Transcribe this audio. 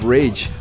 Rage